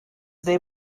they